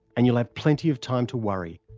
and you'll have plenty of time to worry,